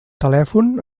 telèfon